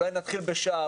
אולי נתחיל בשעה,